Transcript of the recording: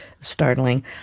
startling